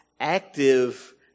active